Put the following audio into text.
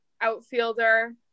outfielder